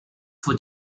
for